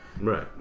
right